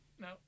No